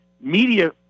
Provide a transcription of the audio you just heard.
media